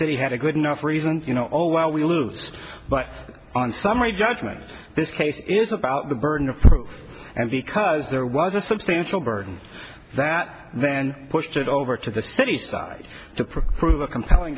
city had a good enough reason you know all well we loosed but on summary judgment this case is about the burden of proof and because there was a substantial burden that then pushed it over to the city side to prove a compelling